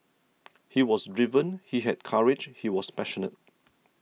he was driven he had courage he was passionate